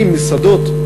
עם מסעדות.